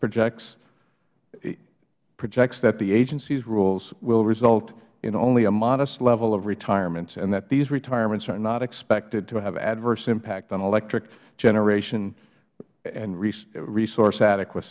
projects that the agency's rules will result in only a modest level of retirements and that these retirements are not expected to have adverse impact on electric generation and resource adequa